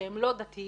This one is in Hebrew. שהם לא דתיים,